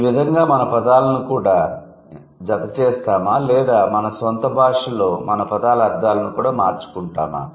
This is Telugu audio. ఈ విధంగా మనం పదాలను కూడా జతచేస్తామా లేదా మన స్వంత భాషలో మన పదాల అర్థాలను కూడా మార్చుకుంటామా